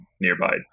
nearby